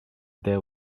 there